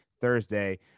Thursday